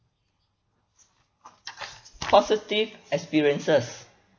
positive experiences